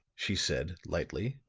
she said, lightly,